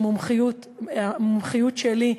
והמומחיות שלי,